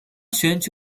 选举